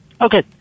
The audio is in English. Okay